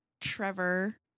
Trevor